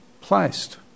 placed